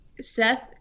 Seth